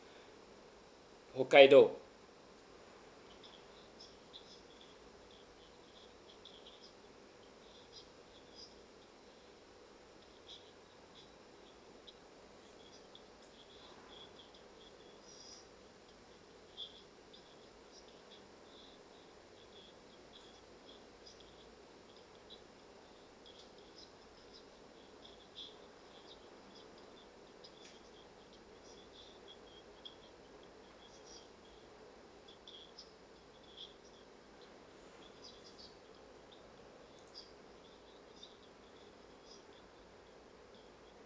hokkaido